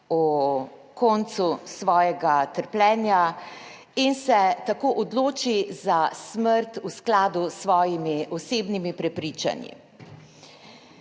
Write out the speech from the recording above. o koncu svojega trpljenja in se tako odloči za smrt v skladu s svojimi osebnimi prepričanji.